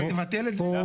אתה תבטל את זה?